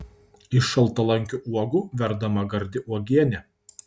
iš šaltalankių uogų verdama gardi uogienė